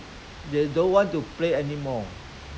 I mean the way they behave they try to